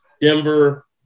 Denver